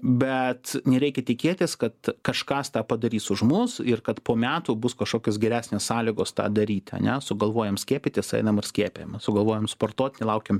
bet nereikia tikėtis kad kažkas tą padarys už mus ir kad po metų bus kašokios geresnės sąlygos tą daryti ane sugalvojom skiepytis einam ir skiepijamės sugalvojom sportuot nelaukiam